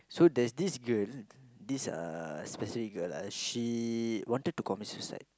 so there's this girl this uh specific girl uh she wanted to commit suicide